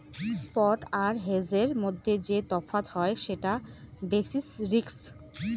spot আর হেজের মধ্যে যে তফাৎ হয় সেটা বেসিস রিস্ক